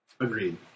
Agreed